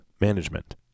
management